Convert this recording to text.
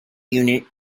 unit